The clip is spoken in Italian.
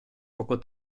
poco